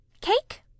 Cake